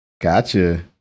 Gotcha